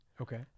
Okay